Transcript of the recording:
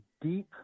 deep